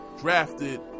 Drafted